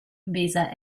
weser